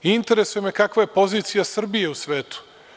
Interesujem kakva je pozicija Srbije u svetu.